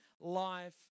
life